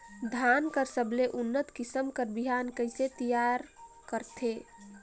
धान कर सबले उन्नत किसम कर बिहान कइसे तियार करथे?